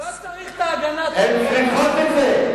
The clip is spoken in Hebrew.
לא צריך את ההגנה, הן צריכות את זה.